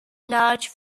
large